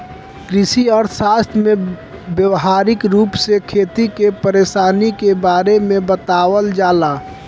कृषि अर्थशास्त्र में व्यावहारिक रूप से खेती के परेशानी के बारे में बतावल जाला